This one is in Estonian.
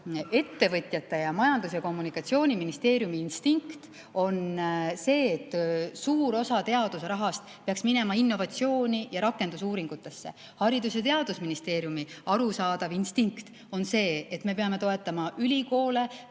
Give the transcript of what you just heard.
ettevõtjate ja Majandus‑ ja Kommunikatsiooniministeeriumi instinkt on see, et suur osa teaduse rahast peaks minema innovatsiooni ja rakendusuuringutesse. Haridus‑ ja Teadusministeeriumi arusaadav instinkt on see, et me peame toetama ülikoole,